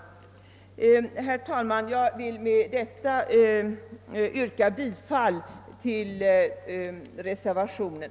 Herr talman! Jag vill med detta yrka bifall till reservationen.